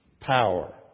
Power